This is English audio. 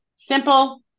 Simple